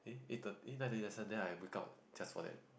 eh eight thir~ eh nine thirty lesson then I wake up just for that